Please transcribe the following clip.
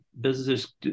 businesses